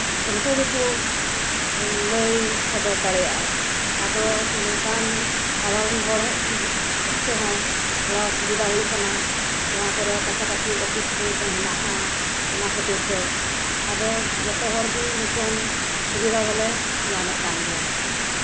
ᱩᱱᱠᱩ ᱜᱮᱠᱚ ᱞᱟᱹᱭ ᱥᱚᱫᱚᱨ ᱫᱟᱲᱮᱭᱟᱜᱼᱟ ᱟᱨᱚ ᱱᱚᱝᱠᱟᱱ ᱥᱟᱫᱷᱟᱨᱚᱱ ᱦᱚᱲ ᱯᱚᱠᱠᱷᱮ ᱦᱚᱸ ᱛᱷᱚᱲᱟ ᱥᱩᱵᱤᱫᱷᱟ ᱦᱩᱭᱩᱜ ᱠᱟᱱᱟ ᱱᱚᱣᱟ ᱠᱚᱨᱮᱜ ᱠᱟᱪᱷᱟ ᱠᱟᱪᱷᱤ ᱚᱯᱷᱤᱥ ᱠᱚ ᱢᱮᱱᱟᱜᱼᱟ ᱚᱱᱟ ᱠᱷᱟᱛᱤᱨᱛᱮ ᱟᱫᱚ ᱡᱚᱛᱚ ᱦᱚᱲᱜᱮ ᱥᱩᱵᱤᱫᱷᱟ ᱫᱚᱞᱮ ᱧᱟᱢᱮᱜ ᱜᱮᱭᱟ